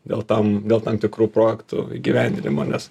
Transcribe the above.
dėl tam dėl tam tikrų projektų įgyvendinimo nes